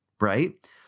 right